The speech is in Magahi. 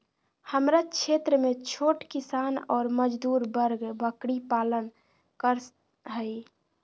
हमरा क्षेत्र में छोट किसान ऑर मजदूर वर्ग बकरी पालन कर हई